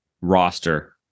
roster